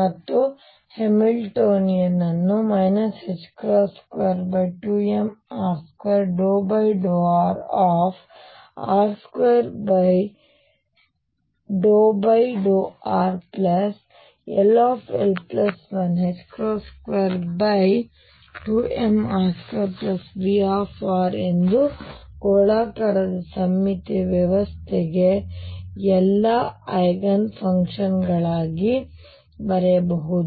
ಮತ್ತು ಆದ್ದರಿಂದ ಹ್ಯಾಮಿಲ್ಟೋನಿಯನ್ ಅನ್ನು ℏ22mr2∂rr2∂rll122mr2V ಎಂದು ಗೋಳಾಕಾರದ ಸಮ್ಮಿತೀಯ ವ್ಯವಸ್ಥೆಗೆ ಎಲ್ಲಾ ಐಗನ್ ಫಂಕ್ಷನ್ ಗಳಿಗೆ ಬರೆಯಬಹುದು